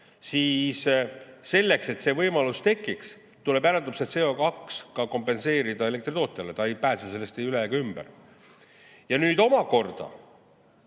siis selleks, et see võimalus tekiks, tuleb järelikult see CO2kompenseerida elektritootjale, ta ei pääse sellest ei üle ega ümber. Ja nüüd omakorda,